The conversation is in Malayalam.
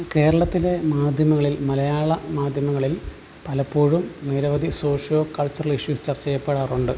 കേരളത്തിലെ മാധ്യമങ്ങളിൽ മലയാള മാധ്യമങ്ങളിൽ പലപ്പോഴും നിരവധി സോഷ്യോ കൾച്ചറൽ ഇഷ്യൂസ് ചർച്ച ചെയ്യപ്പെടാറുണ്ട്